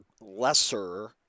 lesser